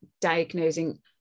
diagnosing